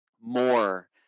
more